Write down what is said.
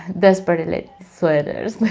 desperately, sweaters,